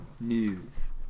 news